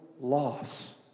loss